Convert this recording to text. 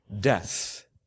death